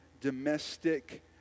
domestic